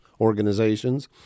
organizations